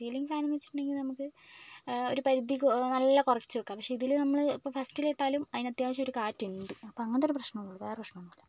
ceiling fan വെച്ചിട്ടുണ്ടെങ്കിൽ നമുക്ക് ഒരു പരിധിക്ക് നല്ല കുറച്ച് വയ്ക്കാം പക്ഷേ ഇതിൽ നമ്മൾ ഫസ്റ്റിൽ ഇട്ടാലും അതിന് അത്യാവശ്യം ഒരു കാറ്റുണ്ട് അപ്പം അങ്ങനത്തെ ഒരു പ്രശ്നം ഉണ്ട് വേറെ പ്രശ്നം ഒന്നുമില്ല